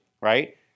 right